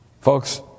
Folks